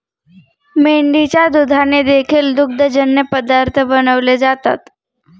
मेंढीच्या दुधाने देखील दुग्धजन्य पदार्थ बनवले जातात